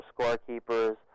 scorekeepers